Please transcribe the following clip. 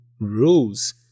rules